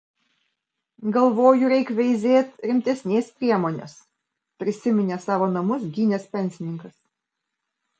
galvoju reik veizėt rimtesnės priemonės prisiminė savo namus gynęs pensininkas